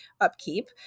upkeep